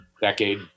decade